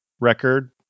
record